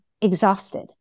exhausted